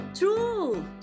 True